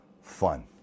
fun